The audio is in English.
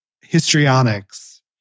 histrionics